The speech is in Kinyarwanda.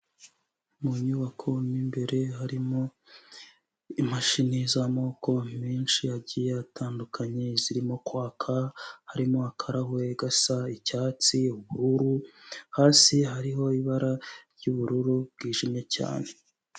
Mu nyubako mu imbere harimo imashini z'amoko menshi agiye atandukanye, zirimo kwaka, harimo akarahure gasa icyatsi, ubururu, hasi hariho ibara ry'ubururu bwijimye cyane.